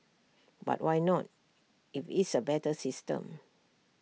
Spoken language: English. but why not if it's A better system